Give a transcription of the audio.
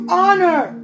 honor